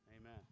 Amen